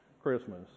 Christmas